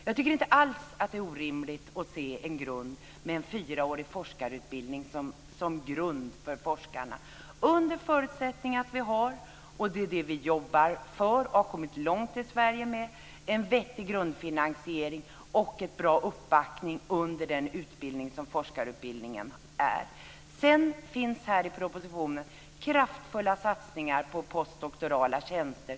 Jag tycker inte alls att det är orimligt att se en fyraårig forskarutbildning som grund för forskarna under förutsättning att vi har - och det är det vi jobbar för och har kommit långt i Sverige med - en vettig grundfinansiering och en bra uppbackning under forskarutbildningen. I propositionen finns kraftfulla satsningar på postdoktorala tjänster.